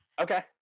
Okay